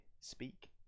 speak